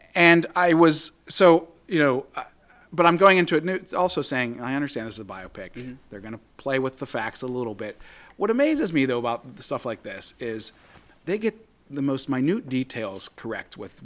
and i was so you know but i'm going into it also saying i understand it's a biopic and they're going to play with the facts a little bit what amazes me though about stuff like this is they get the most minute details correct with